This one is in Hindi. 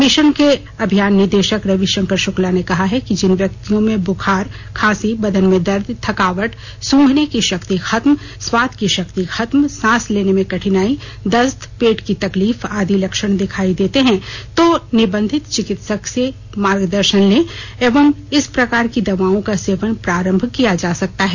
मिशन के अभियान निदेशक रविशंकर शुक्ला ने कहा कि जिन व्यक्तियों में बुखार खांसी बदन में दर्द थकावट सुंघने की शक्ति खत्म स्वाद की शक्ति खत्म सांस लेने में कठिनाई दस्त पेट की तकलीफ आदि लक्षण दिखाई देता है तो निबंधित चिकित्सक के मार्गदर्शन में इस प्रकार की दवाओं का सेवन प्रांरभ किया जा सकता है